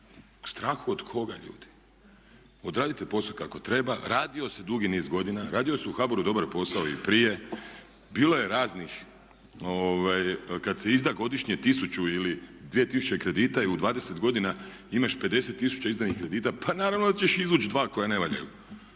strahu od koga ljudi? Odradite posao kako treba, radio se dugi niz godina, radi se u HBOR-u dobar posao i prije, bilo je raznih kada se izda godišnje tisuću ili 2000 kredita i u 20 godina imaš 50 tisuća izdanih kredita pa naravno da ćeš izvući dva koja ne valjaju.